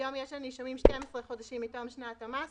היום יש לנישומים 12 חודשים מתום שנת המס,